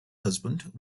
husband